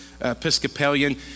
Episcopalian